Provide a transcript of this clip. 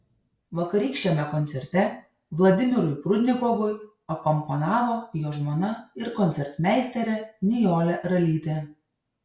vakarykščiame koncerte vladimirui prudnikovui akompanavo jo žmona ir koncertmeisterė nijolė ralytė